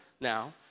now